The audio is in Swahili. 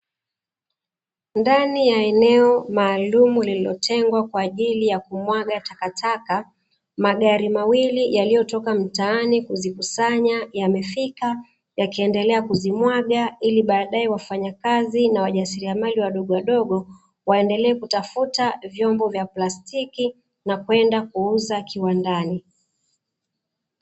Ndani ya eneo maalumu lililotengwa kwa ajili ya kumwaga takataka magari mawili yaliyotoka mtaani kuzikusanya yamefika yakiendelea kuzimwaga, ili baadae wafanyakazi na wajasiriamali wadogowadogo waendelee kutafuta vyombo vya plastiki na kwenda kuuza kiwandani.